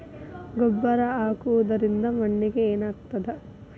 ಗೊಬ್ಬರ ಹಾಕುವುದರಿಂದ ಮಣ್ಣಿಗೆ ಏನಾಗ್ತದ?